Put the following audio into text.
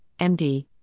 MD